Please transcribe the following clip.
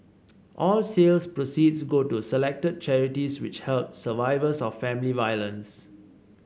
all sales proceeds go to selected charities which help survivors of family violence